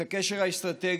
את הקשר האסטרטגי,